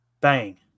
bang